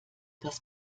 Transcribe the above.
das